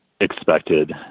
expected